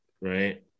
right